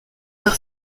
par